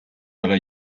dalla